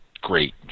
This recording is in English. great